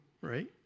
right